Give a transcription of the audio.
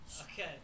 Okay